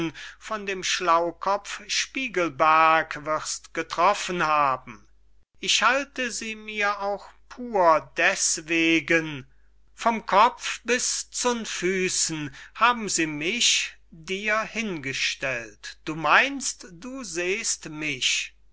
von dem schlaukopf spiegelberg wirst getroffen haben ich halte sie mir auch pur deswegen vom kopf bis zun füssen haben sie mich dir hingestellt du meynst du sehst mich